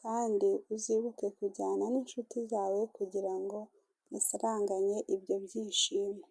kandi uzibuke kujyan n'inshuti zawe kugira ngo musaranganye ibyo byishimo.